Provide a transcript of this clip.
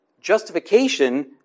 justification